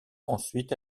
ensuite